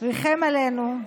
ריחם עלינו,